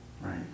right